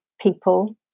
people